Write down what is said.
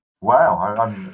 Wow